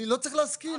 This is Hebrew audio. אני לא צריך להסכים.